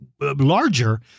larger